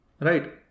Right